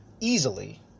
easily